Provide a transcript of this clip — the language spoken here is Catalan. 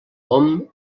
hom